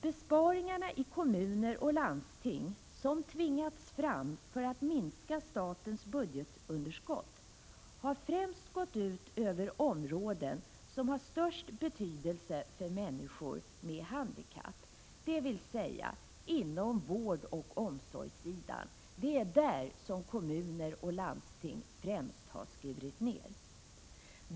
Besparingarna i kommuner och landsting som tvingats fram för att minska statens budgetunderskott har främst gått ut över de områden som har störst betydelse för människor med handikapp, dvs. vårdoch omsorgssidan. Det är där kommuner och landsting främst har skurit ned.